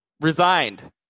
resigned